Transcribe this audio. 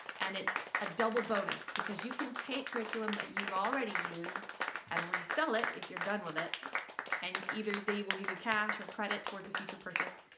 and it's a double bonus because you can take curriculum that you've already used and resell it if you're done with it and either they will give you cash or credit towards a future purchase.